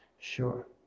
sure